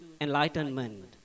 enlightenment